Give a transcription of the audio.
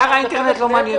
אתר האינטרנט לא מעניין אותי.